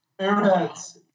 Airheads